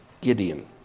Gideon